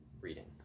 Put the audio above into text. reading